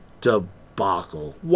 Debacle